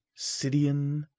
Sidian